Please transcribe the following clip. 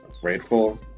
grateful